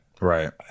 right